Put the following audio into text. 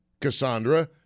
Cassandra